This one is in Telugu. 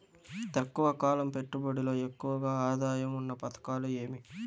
తక్కువ కాలం పెట్టుబడిలో ఎక్కువగా ఆదాయం ఉన్న పథకాలు ఏమి?